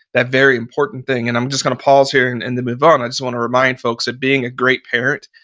that very important thing and i'm just going to pause here and and then move on. i just want to remind folks that being a great parent,